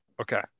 Okay